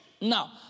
Now